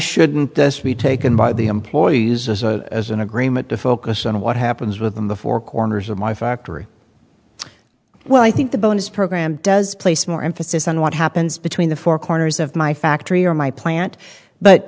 shouldn't this be taken by the employees as an agreement to focus on what happens within the four corners of my factory well i think the bonus program does place more emphasis on what happens between the four corners of my factory or my plant but